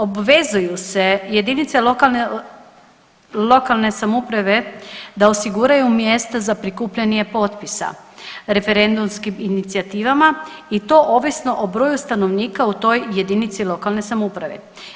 Obvezuju se jedinice lokalne samouprave da osiguraju mjesta za prikupljanje potpisa referendumskim inicijativama i to ovisno o broju stanovnika u toj jedinici lokalne samouprave.